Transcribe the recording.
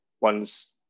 one's